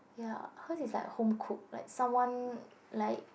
ya hers is like home cooked like someone like